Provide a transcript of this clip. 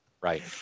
right